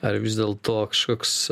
ar vis dėlto kažkoks